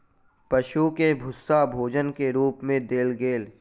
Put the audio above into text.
पशु के भूस्सा भोजन के रूप मे देल गेल